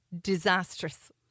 disastrous